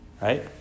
Right